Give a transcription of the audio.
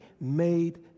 made